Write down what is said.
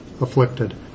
afflicted